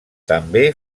també